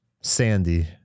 Sandy